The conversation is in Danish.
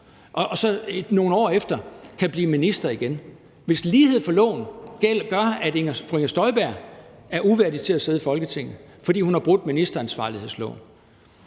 og nogle år efter kan blive minister igen. Hvis fru Inger Støjberg er uværdig til at sidde i Folketinget, fordi hun har brudt ministeransvarlighedsloven,